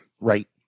Right